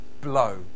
Blow